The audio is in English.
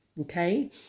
Okay